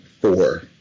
Four